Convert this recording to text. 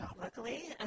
Luckily